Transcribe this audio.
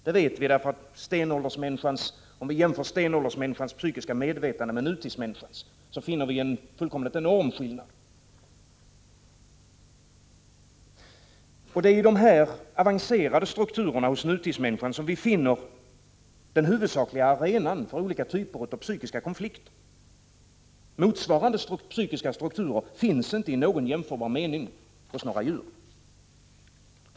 Det vet vi; om vi jämför stenåldersmänniskans psykiska medvetande med nutidsmänniskans finner vi en fullkomligt enorm skillnad. Det är i dessa avancerade strukturer hos nutidsmänniskan som vi finner den huvudsakliga arenan för olika typer av psykiska konflikter. Motsvarande psykiska strukturer finns inte i någon jämförbar mening hos djur.